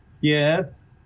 yes